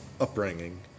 upbringing